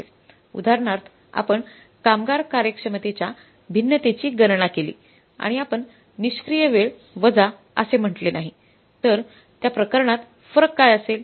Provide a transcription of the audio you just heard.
उदाहरणार्थ आपण कामगार कार्यक्षमतेच्या भिन्नतेची गणना केली आणि आपण निष्क्रिय वेळ वजा असे म्हटले नाही तर त्या प्रकरणात फरक काय असेल